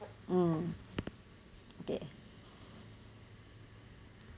mm okay